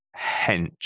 hench